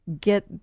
get